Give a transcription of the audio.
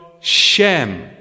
Shem